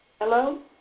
Hello